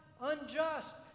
unjust